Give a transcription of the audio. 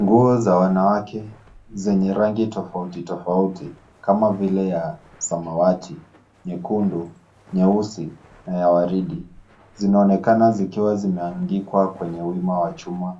Nguo za wanawake zenye rangi tofauti tofauti kama vile samawati, nyekundu, nyeusi na ya waridi. Zinaonekana zikiwa zimeandikwa kwenye wima wa chuma